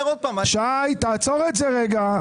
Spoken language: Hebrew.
תעצור את זה רגע.